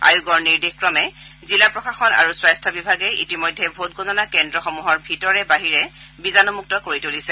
আয়োগৰ নিৰ্দেশ ক্ৰমে জিলা প্ৰশাসন আৰু স্বাস্থ্য বিভাগে ইতিমধ্যে ভোটগণনা কেন্দ্ৰবোৰৰ ভিতৰে বাহিৰে বীজাণুমুক্ত কৰি তুলিছে